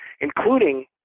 including